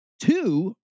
two